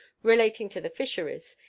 relating to the fisheries,